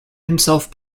himself